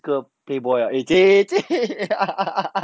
这个 playboy ah